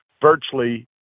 virtually